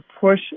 push